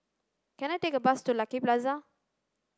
can I take a bus to Lucky Plaza